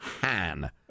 Han